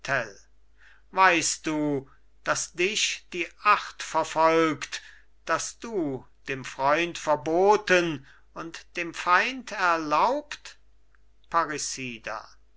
weißt du dass dich die acht verfolgt dass du dem freund verboten und dem feind erlaubt